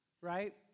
Right